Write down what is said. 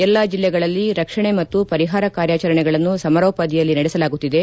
ಎಲ್ಲಾ ಜಿಲ್ಲೆಗಳಲ್ಲಿ ರಕ್ಷಣೆ ಮತ್ತು ಪರಿಹಾರ ಕಾರ್ಯಾಚರಣೆಗಳನ್ನು ಸಮರೋಪಾದಿಯಲ್ಲಿ ನಡೆಸಲಾಗುತ್ತಿದೆ